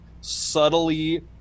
subtly